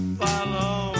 follow